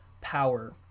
power